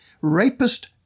rapist